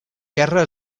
guerra